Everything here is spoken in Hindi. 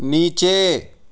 नीचे